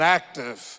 active